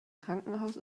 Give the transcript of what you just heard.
krankenhaus